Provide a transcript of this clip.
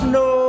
no